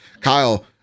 Kyle